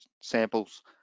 samples